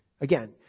Again